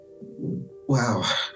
Wow